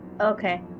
Okay